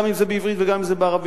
גם אם זה בעברית וגם אם זה בערבית,